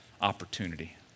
opportunity